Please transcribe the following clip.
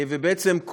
ובעצם,